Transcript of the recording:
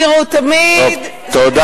אולי תזכירי לנו?